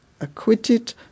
acquitted